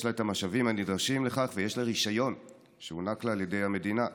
יש לה את המשאבים הנדרשים לכך ויש לה רישיון שהוענק לה על ידי המדינה.